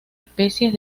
especies